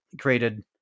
created